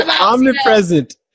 Omnipresent